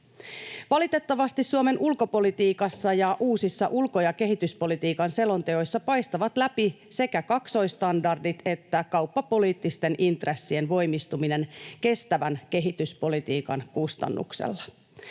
Valitettavasti Suomen ulkopolitiikassa ja uusissa ulko- ja kehityspolitiikan selonteoissa paistavat läpi sekä kaksoisstandardit että kauppapoliittisten intressien voimistuminen kestävän kehityspolitiikan kustannuksella.